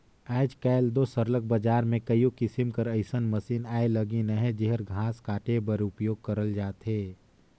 आएज काएल दो सरलग बजार में कइयो किसिम कर अइसन मसीन आए लगिन अहें जेहर घांस काटे बर उपियोग करल जाथे